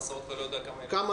הלכה